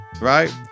right